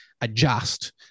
adjust